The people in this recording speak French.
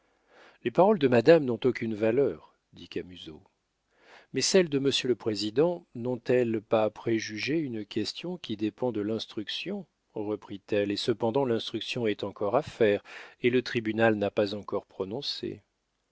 les paroles de madame n'ont aucune valeur dit camusot mais celles de monsieur le président n'ont-elles pas préjugé une question qui dépend de l'instruction reprit-elle et cependant l'instruction est encore à faire et le tribunal n'a pas encore prononcé